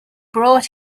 brought